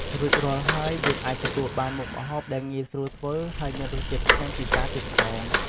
រួចរាល់ហើយ យើងអាចទទួលបានមុខម្ហូបដែលងាយស្រួលធ្វើហើយមានរសជាតិឆ្ងាញ់ពិសាទៀតផង។